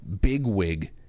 bigwig